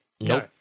No